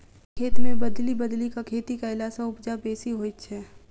एक खेत मे बदलि बदलि क खेती कयला सॅ उपजा बेसी होइत छै